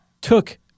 took